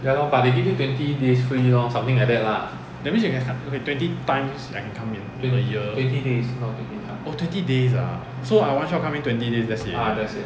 that means you can com~ okay twenty times I can come in per year oh twenty days ah so I one shot come in twenty days that's it already